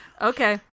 Okay